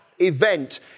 event